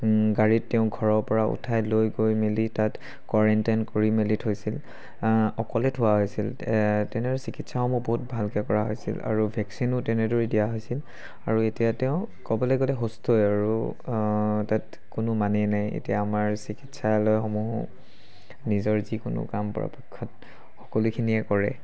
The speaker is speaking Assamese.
গাড়ীত তেওঁক ঘৰৰ পৰা উঠাই লৈ গৈ মেলি তাত কোৱৰেণ্টাইন কৰি মেলি থৈছিল অকলে থোৱা হৈছিল তেওঁৰ চিকিৎসাসমূহ বহুত ভালকৈ কৰা হৈছিল আৰু ভেকচিনো তেনেদৰে দিয়া হৈছিল আৰু এতিয়া তেওঁ ক'বলৈ গ'লে সুস্থই আৰু তাত কোনো মানে নাই এতিয়া আমাৰ চিকিৎসালয়সমূহো নিজৰ যিকোনো কাম পৰাপক্ষত সকলোখিনিয়ে কৰে